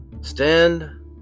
Stand